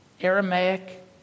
Aramaic